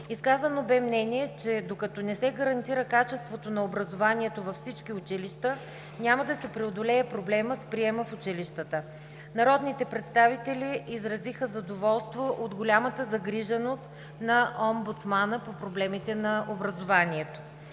Изказано бе мнение, че докато не се гарантира качеството на образованието във всички училища, няма да се преодолее проблемът с приема в училищата. Народните представители изразиха задоволство от голямата загриженост на омбудсмана по проблемите на образованието.